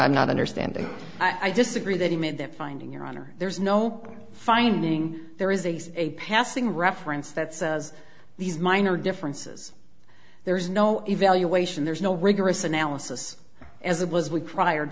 i'm not understanding i disagree that you made that finding your honor there's no finding there is a passing reference that says these minor differences there's no evaluation there's no rigorous analysis as it was we